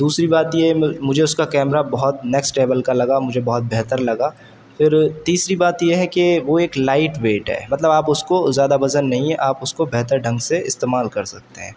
دوسری بات یہ ہے مجھے اس کا کیمرا بہت نیکسٹ لیول کا لگا جو بہت بہتر لگا پھر تیسری بات یہ ہے کہ وہ ایک لائٹ ویٹ ہے مطلب آپ اس کو زیادہ وزن نہیں ہے آپ اس کو بہتر ڈھنگ سے استعمال کر سکتے ہیں